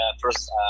first